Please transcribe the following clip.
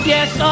Yes